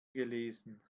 gelesen